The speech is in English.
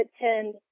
attend